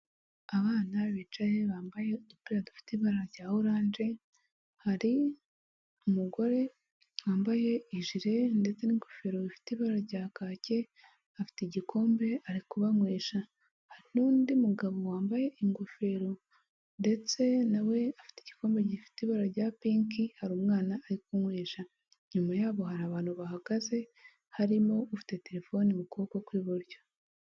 Abana bicaye bambaye udupira dufite ibara rya oranje hari umugore wambaye ijere ndetse n'ingofero bifite ibara rya kake afite igikombe ari kubanywesha hari n'undi mugabo wambaye ingofero ndetse nawe afite igikombe gifite ibara rya pinki hari umwana ari kunywesha nyuma yaho hari abantu bahagaze harimo ufite telefone mu kuboko kw'iburyo.